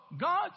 God